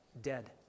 dead